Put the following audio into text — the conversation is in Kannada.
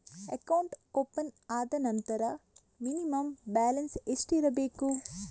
ಅಕೌಂಟ್ ಓಪನ್ ಆದ ನಂತರ ಮಿನಿಮಂ ಬ್ಯಾಲೆನ್ಸ್ ಎಷ್ಟಿರಬೇಕು?